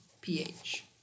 pH